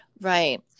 Right